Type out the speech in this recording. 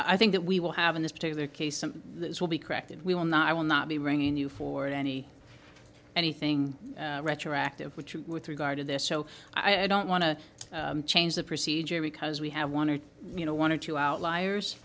i think that we will have in this particular case some of those will be corrected we will not i will not be ringing you for any anything retroactive which with regard to this so i don't want to change the procedure because we have one or you know one or two outliers